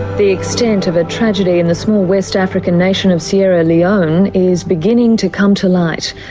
the extent of a tragedy in the small west african nation of sierra leone is beginning to come to light.